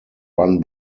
run